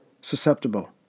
susceptible